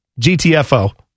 GTFO